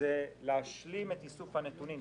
זה להשלים את איסוף הנתונים,